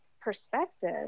perspective